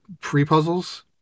pre-puzzles